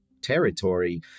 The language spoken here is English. territory